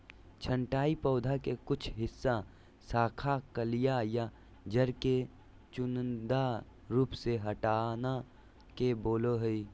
छंटाई पौधा के कुछ हिस्सा, शाखा, कलियां या जड़ के चुनिंदा रूप से हटाना के बोलो हइ